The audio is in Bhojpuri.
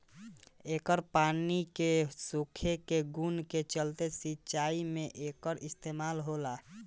एकर पानी के सोखे के गुण के चलते सिंचाई में एकर इस्तमाल होला